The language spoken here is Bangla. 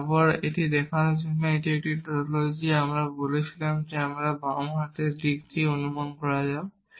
সুতরাং দেখানোর জন্য যে এটি একটি টাউটোলজি আমরা বলেছিলাম আমাদের বাম হাতের দিকটি অনুমান করা যাক